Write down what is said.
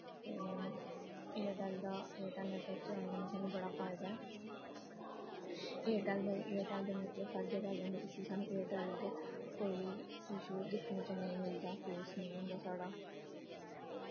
ते Airtel network चलाने कन्नै सानूं बड़ा फायदा ऐ एयरटैल्ल दा नैटवर्क हर जगह् आई जंदा इस लेई सानूं कोई इशू दिक्खने च नेईं मिलदा फेस नेईं होंदा साढ़ा